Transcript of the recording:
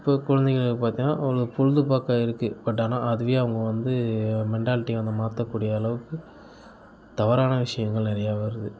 இப்போ குழந்தைகள பார்த்திங்கன்னா ஒரு பொழுபோக்காக இருக்குது பட் ஆனால் அதுவே அவங்க வந்து மென்டாலிட்டி மாற்றக்கூடிய அளவுக்கு தவறான விஷயங்கள் நிறையா வருது